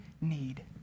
need